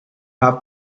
have